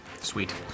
sweet